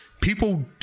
people –